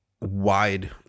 wide